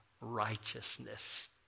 righteousness